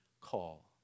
call